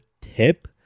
tip